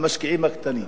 המשקיעים הקטנים,